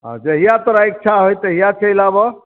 हँ जहिया तोरा इच्छा होइ तहिआ चलि आबऽ